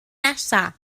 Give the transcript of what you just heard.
nesaf